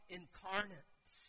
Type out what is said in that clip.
incarnate